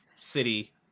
city